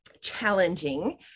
challenging